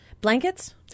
Blankets